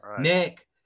nick